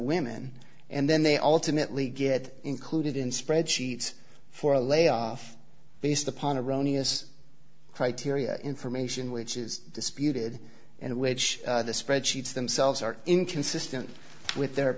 women and then they alternately get included in spreadsheets for a layoff based upon a rony as criteria information which is disputed and which the spreadsheets themselves are inconsistent with their